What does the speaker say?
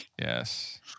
Yes